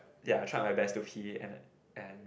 ya I tried my best to pee and and